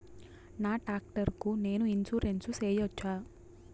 నా టాక్టర్ కు నేను ఇన్సూరెన్సు సేయొచ్చా?